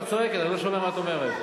אני לא שומע מה את אומרת.